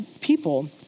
people